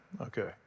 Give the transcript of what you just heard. Okay